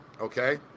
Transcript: okay